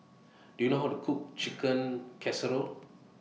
Do YOU know How to Cook Chicken Casserole